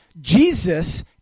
Jesus